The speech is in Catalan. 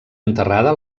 enterrada